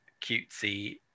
cutesy